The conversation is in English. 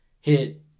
hit